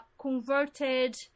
converted